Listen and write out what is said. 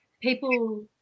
people